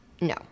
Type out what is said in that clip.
No